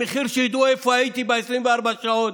במחיר שידעו איפה הייתי 24 שעות,